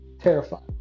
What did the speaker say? terrified